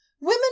Women